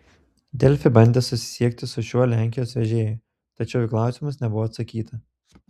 delfi bandė susisiekti su šiuo lenkijos vežėju tačiau į klausimus nebuvo atsakyta